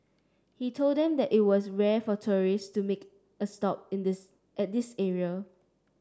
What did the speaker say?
he told them that it was rare for tourists to make a stop in this at this area